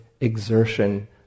exertion